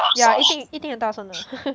yeah 一定一定很大声的